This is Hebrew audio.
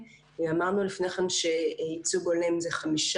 לחקיקת חוק הנכים שנוגע לנכי